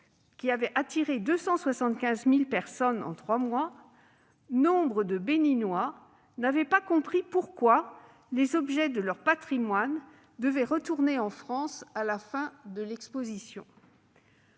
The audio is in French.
avait attiré 275 000 personnes en trois mois, et nombre de Béninois n'avaient pas compris pourquoi les objets de leur patrimoine devaient retourner en France à la fin de l'exposition.